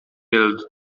filled